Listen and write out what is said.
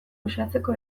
uxatzeko